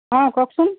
অঁ কওকচোন